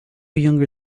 younger